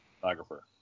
photographer